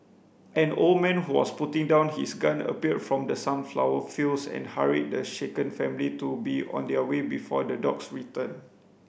an old man who was putting down his gun appeared from the sunflower fields and hurried the shaken family to be on their way before the dogs return